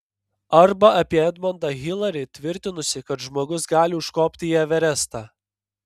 arba apie edmondą hilarį tvirtinusį kad žmogus gali užkopti į everestą